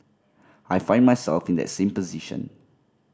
I find myself in that same position